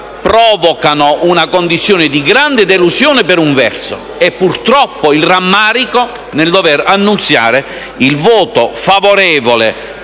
provocano una condizione di grande delusione, per un verso, e purtroppo il rammarico nel dovere annunziare il voto favorevole